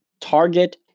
Target